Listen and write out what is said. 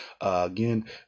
Again